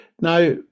now